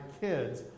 kids